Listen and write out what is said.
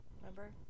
remember